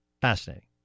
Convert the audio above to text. Fascinating